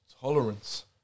tolerance